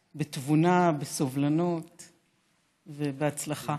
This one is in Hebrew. בתבונה, בסובלנות ובהצלחה.